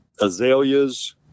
azaleas